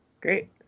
Great